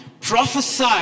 prophesy